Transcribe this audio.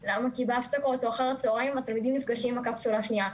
בהפסקות או אחר הצהריים התלמידים נפגשים בקפסולה השנייה.